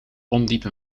ondiepe